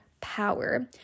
power